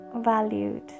valued